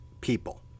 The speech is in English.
people